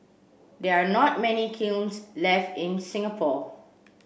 there are not many kilns left in Singapore